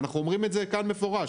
אנחנו אומרים את זה כאן מפורש